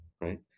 Right